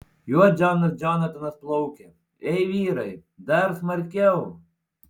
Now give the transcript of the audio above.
juo džonas džonatanas plaukia ei vyrai dar smarkiau